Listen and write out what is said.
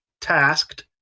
tasked